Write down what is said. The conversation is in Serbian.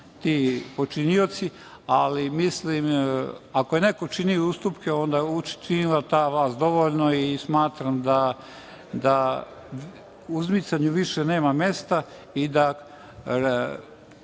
ti počinioci, ali mislim, ako je neko činio ustupke, onda je učinila ta vlast dovoljno i smatram da uzmicanju više nema mesta. Pozivi